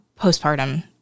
postpartum